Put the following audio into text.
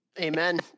Amen